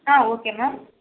ah okay ma'am